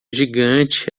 gigante